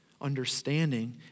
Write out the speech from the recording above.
Understanding